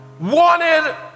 wanted